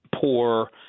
poor